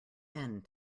end